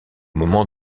moment